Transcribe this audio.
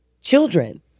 children